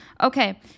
Okay